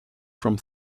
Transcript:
from